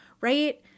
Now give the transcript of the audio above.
right